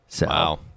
Wow